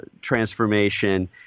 transformation